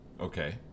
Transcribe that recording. okay